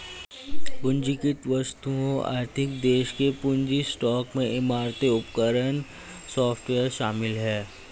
पूंजीगत वस्तुओं आर्थिक देश के पूंजी स्टॉक में इमारतें उपकरण सॉफ्टवेयर शामिल हैं